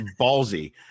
ballsy